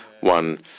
one